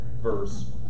verse